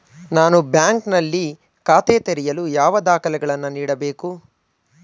ನಾನು ಬ್ಯಾಂಕ್ ನಲ್ಲಿ ಖಾತೆ ತೆರೆಯಲು ಯಾವ ದಾಖಲೆಗಳನ್ನು ನೀಡಬೇಕು?